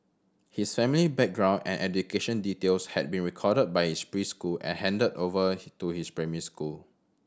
his family background and education details had been recorded by his preschool and handed over to his primary school